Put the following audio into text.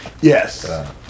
Yes